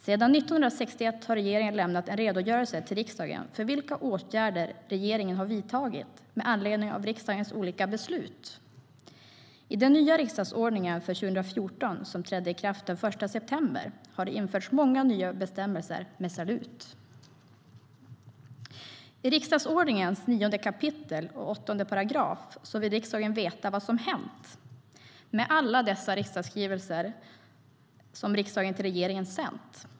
Sedan 1961 har regeringen lämnat en redogörelse till riksdagen för vilka åtgärder regeringen har vidtagit med anledning av riksdagens olika beslut.I den nya riksdagsordningen för 2014, som trädde i kraft den 1 september, har det införts många nya bestämmelser med salut. I riksdagsordningens 9 kap. 8 § vill riksdagen veta vad som häntmed alla dessa riksdagsskrivelser som riksdagen till regeringen sänt.